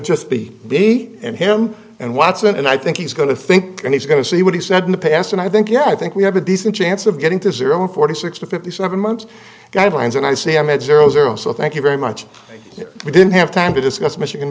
just be me and him and watson and i think he's going to think he's going to see what he said in the past and i think yeah i think we have a decent chance of getting to zero in forty six to fifty seven months guidelines and i see i made zero zero so thank you very much we didn't have time to discuss michigan